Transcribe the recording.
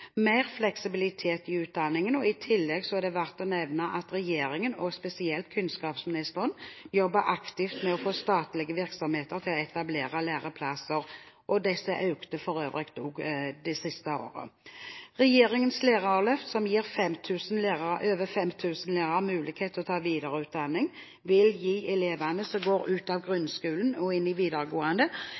mer fleksibilitet i utdanningen. I tillegg er det verdt å nevne at regjeringen, og spesielt kunnskapsministeren, jobber aktivt med å få statlige virksomheter til å etablere lærlingplasser. Disse har for øvrig også økt i antall de siste årene. Regjeringens lærerløft, som gir over 5 000 lærere mulighet til å ta videreutdanning, vil gi elevene som går ut av grunnskolen og inn i videregående